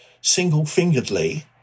single-fingeredly